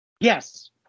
Yes